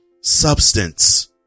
substance